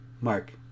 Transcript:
Mark